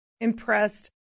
impressed